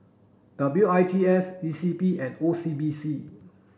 W I T S E C P and O C B C